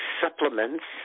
supplements